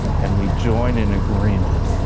and we join in agreement,